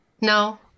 No